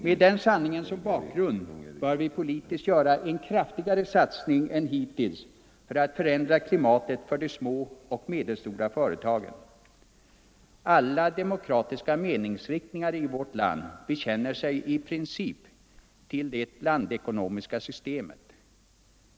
Med den sanningen som bakgrund bör vi politiskt göra en kraftigare satsning än hittills för att förändra klimatet för de små och medelstora företagen. Alla demokratiska meningsriktningar i vårt land bekänner sig i princip till det blandekonomiska systemet.